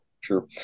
Sure